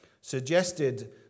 suggested